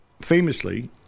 famously